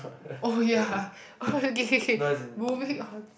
oh ya okay okay okay moving on